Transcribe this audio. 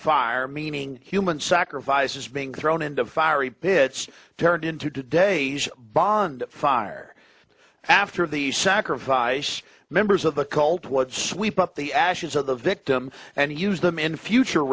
fire meaning human sacrifice is being thrown into fiery pits turned into today's bond fire after the sacrifice members of the cult what sweep up the ashes of the victim and use them in future